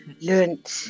learned